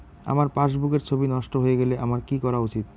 আমার পাসবুকের ছবি নষ্ট হয়ে গেলে আমার কী করা উচিৎ?